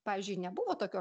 pavyzdžiui nebuvo tokio